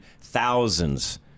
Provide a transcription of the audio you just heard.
thousands